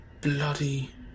bloody